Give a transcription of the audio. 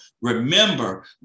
remember